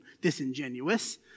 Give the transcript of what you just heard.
disingenuous